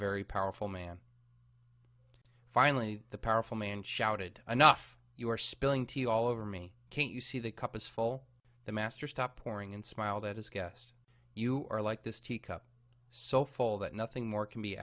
very powerful man finally the powerful man shouted anough you are spilling tea all over me can't you see the cup is full the master stop pouring and smiled at his guest you are like this tea cup so full that nothing more can be